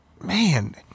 man